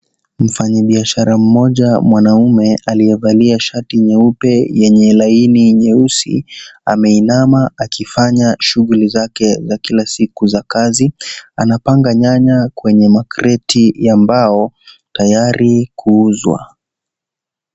Mfanyi biashara mmoja mwanamme aliyevalia shati nyeupe yenye laini nyeusi ameinama akifanya shuguli zake za kila siku za kazi, anapanga nyanya kwenye makreti ya mbao tayari kuuzwa.